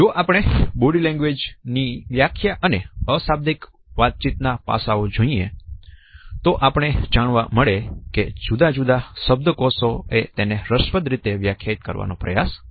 જો આપણે body language ની વ્યાખ્યા અથવા અશાબ્દિક વાતચીત ના પાસાઓ જોઈએ તો આપણને જાણવા મળે છે કે જુદા જુદા શબ્દકોશોએ તેને રસપ્રદ રીતે વ્યાખ્યાયિત કરવાનો પ્રયાસ કર્યો છે